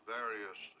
various